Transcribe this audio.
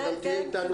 תהיה איתנו,